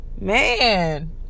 Man